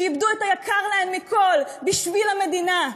שאיבדו את היקר להן מכול בשביל המדינה.